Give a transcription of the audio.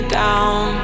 down